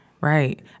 Right